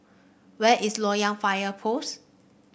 where is Loyang Fire Post